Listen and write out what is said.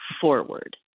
forward